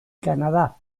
canadá